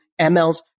mLs